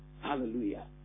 Hallelujah